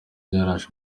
yaraje